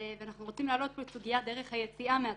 ואנחנו רוצים להעלות פה את סוגיית דרך היציאה מהתפקיד.